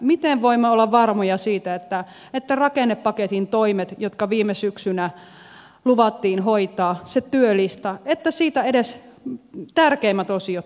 miten voimme olla varmoja siitä että rakennepaketin toimista jotka viime syksynä luvattiin hoitaa siitä työlistasta edes tärkeimmät osiot toteutuisivat